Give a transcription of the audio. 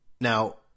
Now